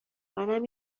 منم